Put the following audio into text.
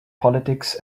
politics